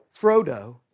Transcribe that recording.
Frodo